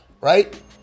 right